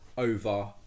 over